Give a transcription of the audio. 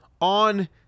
on